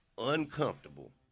uncomfortable